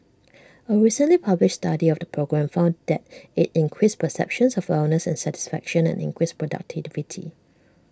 A recently published study of the program found that IT increased perceptions of wellness and satisfaction and increased productivity